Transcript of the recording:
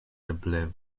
eble